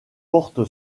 porte